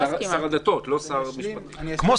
שר הדתות, לא שר המשפטים.